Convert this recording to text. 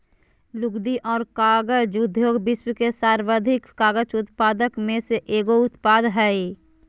लुगदी और कागज उद्योग विश्व के सर्वाधिक कागज उत्पादक में से एगो उत्पाद हइ